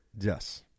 Yes